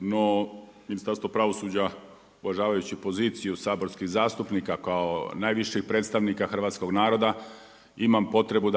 no Ministarstvo pravosuđa uvažavajući poziciju saborskih zastupnika kao najviših predstavnika hrvatskog naroda imam potrebu